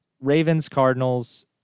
Ravens-Cardinals